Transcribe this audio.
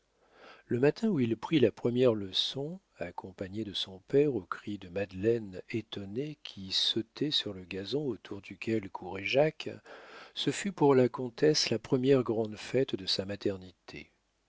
le matin où il prit la première leçon accompagné de son père aux cris de madeleine étonnée qui sautait sur le gazon autour duquel courait jacques ce fut pour la comtesse la première grande fête de sa maternité